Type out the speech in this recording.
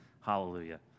Hallelujah